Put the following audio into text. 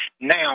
now